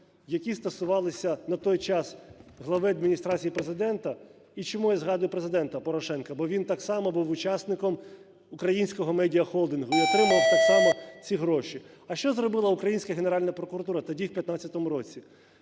які стосувалися на той час глави Адміністрації Президента. І чому я згадую Президента Порошенка, бо він так само був учасником "Українського Медіа Холдингу" і отримував так само ці гроші. А що зробила українська Генеральна прокуратура тоді в 15-му році?